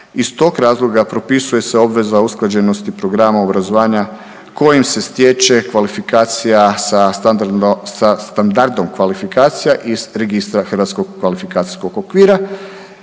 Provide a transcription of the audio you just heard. Iz tog razloga propisuje se obveza usklađenosti programa obrazovanja kojim se stječe kvalifikacija sa standardom kvalifikacija iz registra HKO-a. I nadalje ustanova